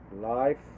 life